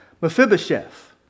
Mephibosheth